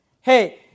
hey